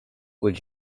would